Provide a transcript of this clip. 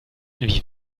wie